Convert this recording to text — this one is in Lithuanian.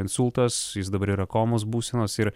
insultas jis dabar yra komos būsenos ir